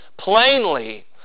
plainly